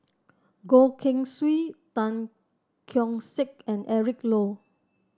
Goh Keng Swee Tan Keong Saik and Eric Low